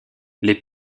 les